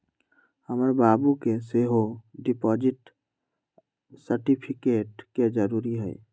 हमर बाबू के सेहो डिपॉजिट सर्टिफिकेट के जरूरी हइ